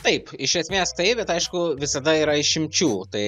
taip iš esmės taip bet aišku visada yra išimčių tai